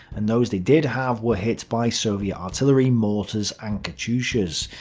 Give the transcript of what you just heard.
and those they did have were hit by soviet artillery, mortars, and katyushas.